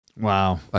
Wow